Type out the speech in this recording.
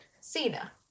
cena